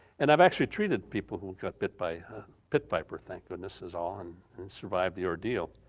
and i've actually treated people who got bit by a pit viper, thank goodness he's on and survived the ordeal.